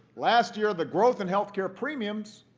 last year the growth in health care premium